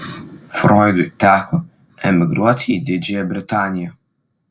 froidui teko emigruoti į didžiąją britaniją